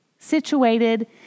Situated